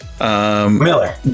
Miller